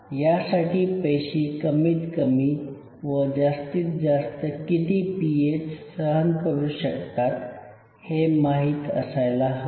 यासाठी पेशी कमीत कमी व जास्तीत जास्त किती पीएच सहन करू शकतात हे माहित असायला हवे